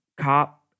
cop